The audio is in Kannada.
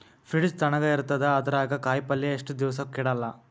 ಫ್ರಿಡ್ಜ್ ತಣಗ ಇರತದ, ಅದರಾಗ ಕಾಯಿಪಲ್ಯ ಎಷ್ಟ ದಿವ್ಸ ಕೆಡಲ್ಲ?